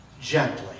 gently